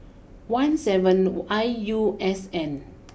one seven I U S N